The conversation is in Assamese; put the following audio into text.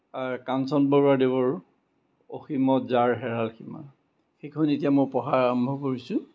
কাঞ্চন বৰুৱাদেৱৰ অসীমত যাৰ হেৰাল সীমা সেইখন এতিয়া মই পঢ়াৰ আৰম্ভ কৰিছোঁ